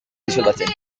disolbatzen